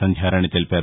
సంధ్యారాణి తెలిపారు